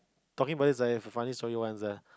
talking about this I have a funny story once ah